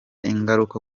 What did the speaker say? ingaruka